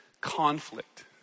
conflict